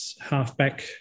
halfback